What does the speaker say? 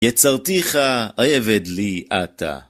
יצרתיך, עבד לי אתה.